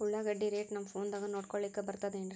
ಉಳ್ಳಾಗಡ್ಡಿ ರೇಟ್ ನಮ್ ಫೋನದಾಗ ನೋಡಕೊಲಿಕ ಬರತದೆನ್ರಿ?